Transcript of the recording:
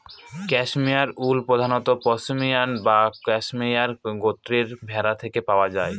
cashmere wool প্রধানত পসমিনা বা cashmere গোত্রের ভেড়া থেকে পাওয়া যায়